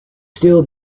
still